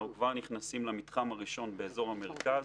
אנחנו כבר נכנסים למתחם הראשון באזור המרכז.